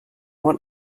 what